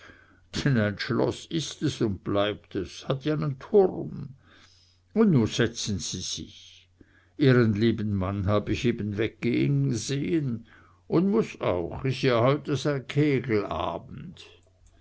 schloß is es und bleibt es hat ja nen turm un nu setzen sie sich ihren lieben mann hab ich eben weggehen sehen und muß auch is ja heute sein kegelabend